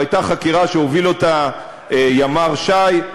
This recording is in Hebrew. זו הייתה חקירה שהוביל אותה ימ"ר ש"י,